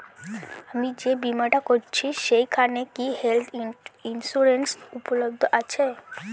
আমি যে বীমাটা করছি সেইখানে কি হেল্থ ইন্সুরেন্স উপলব্ধ আছে?